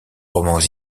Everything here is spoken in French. romans